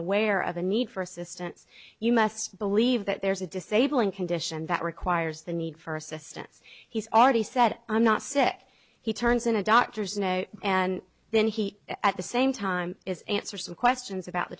aware of a need for assistance you must believe that there's a disabling condition that requires the need for assistance he's already said i'm not sick he turns in a doctor's note and then he at the same time is answer some questions about the